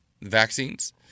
vaccines